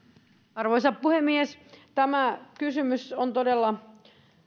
arvoisa puhemies tämä kysymys on todella